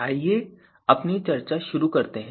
आइए अपनी चर्चा शुरू करते हैं